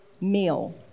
meal